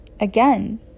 again